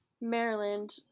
Maryland